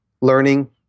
learning